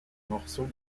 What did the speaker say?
morceau